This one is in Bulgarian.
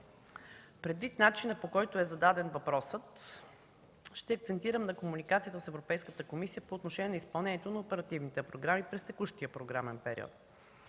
Предвид начина, по който е зададен въпросът, ще акцентирам на комуникацията с Европейската комисия по отношение на изпълнението на оперативните програми през текущия програмен период.